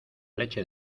leche